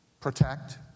protect